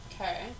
Okay